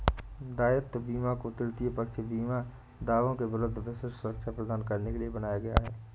दायित्व बीमा को तृतीय पक्ष बीमा दावों के विरुद्ध विशिष्ट सुरक्षा प्रदान करने के लिए बनाया गया है